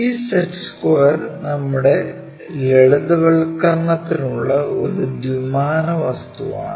ഈ set square നമ്മുടെ ലളിതവൽക്കരണത്തിനുള്ള ഒരു ദ്വിമാന വസ്തുവാണ്